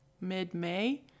mid-May